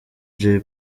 jay